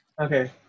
okay